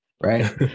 right